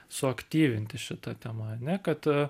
suaktyvinti šita tema ane kad